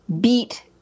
beat